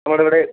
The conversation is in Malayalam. നമ്മുടെ ഇവിടെ